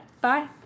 Bye